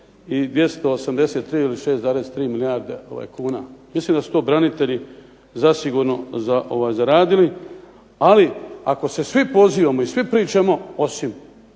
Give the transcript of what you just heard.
i 283 ili 6,3 milijarde kuna. Mislim da su to branitelji zasigurno zaradili. Ali ako se svi pozivamo i svi pričamo osim